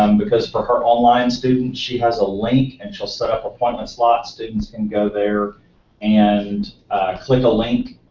um because for her online students she has a link and she'll set up appointment slots, students can go there and click a link